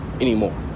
anymore